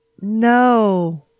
no